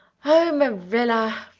oh, marilla,